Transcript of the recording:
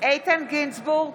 איתן גינזבורג,